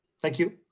thank you.